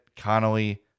Connolly